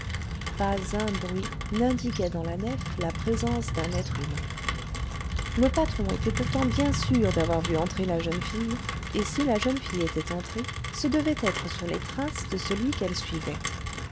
pas un bruit n'indiquait dans la nef la présence d'un être humain le patron était pourtant bien sûr d'avoir vu entrer la jeune fille et si la jeune fille était entrée ce devait être sur les traces de celui qu'elle suivait